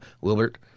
Wilbert